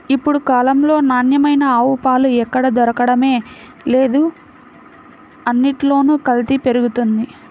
ఇప్పుడు కాలంలో నాణ్యమైన ఆవు పాలు ఎక్కడ దొరకడమే లేదు, అన్నిట్లోనూ కల్తీ పెరిగిపోతంది